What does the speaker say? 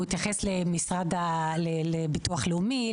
הוא התייחס לביטוח לאומי,